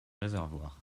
réservoir